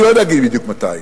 אני לא יודע להגיד בדיוק מתי,